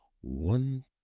One